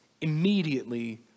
immediately